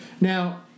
Now